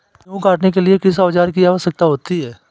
गेहूँ काटने के लिए किस औजार की आवश्यकता होती है?